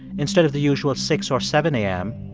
instead of the usual six or seven a m,